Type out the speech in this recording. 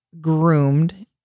groomed